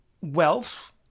wealth